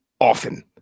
often